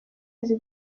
azi